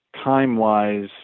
time-wise